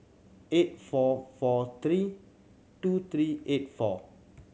eight four four three two three eight four